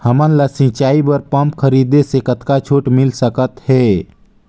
हमन ला सिंचाई बर पंप खरीदे से कतका छूट मिल सकत हे?